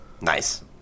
Nice